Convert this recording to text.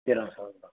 ਤੇਰਾਂ ਸਾਲ ਦਾ